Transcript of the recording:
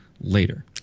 later